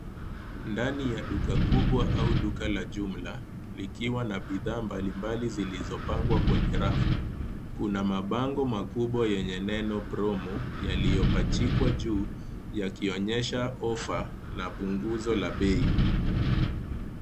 Ndani ya duka kubwa au duka la jumla likiwa na bidhaa mbalimbali zilizopangwa kwenye rafu. Kuna mabango makubwa yenye neno promo yaliyopachikwa juu yakionyesha ofa na punguzo la bei.